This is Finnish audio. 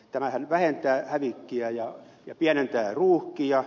tämähän vähentää hävikkiä ja pienentää ruuhkia